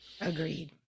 Agreed